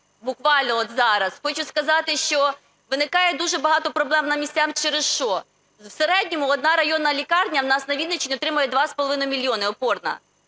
буквально от зараз. Хочу сказати, що виникає дуже багато проблем на місцях через що? В середньому одна районна лікарня у нас на Вінниччині отримує 2,5 мільйони, опорна.